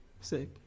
Say